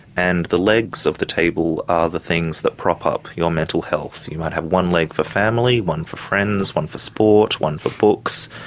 and the legs of the table are the things that prop up your mental health. you might have one leg for family, one for friends, one for sport, one for books,